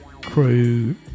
crew